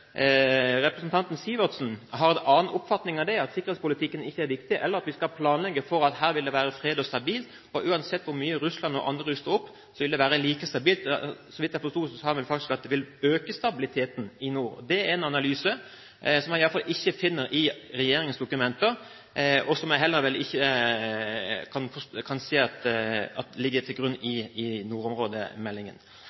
representanten Sivertsen har en annen oppfatning av det – at sikkerhetspolitikken ikke er viktig, eller at vi skal planlegge for at her vil det være fred og stabilt, og uansett hvor mye Russland og andre ruster opp, vil det være like stabilt. Så vidt jeg forsto, sa han vel faktisk at det vil øke stabiliteten i nord. Det er en analyse som jeg i alle fall ikke finner i regjeringens dokumenter, og som jeg heller ikke kan se ligger til grunn i nordområdemeldingen. Sikkerhetsaspektet er grunnleggende også i